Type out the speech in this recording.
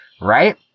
right